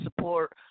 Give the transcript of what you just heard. support